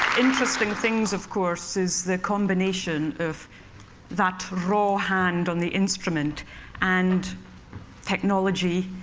interesting things, of course, is the combination of that raw hand on the instrument and technology,